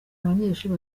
abanyeshuri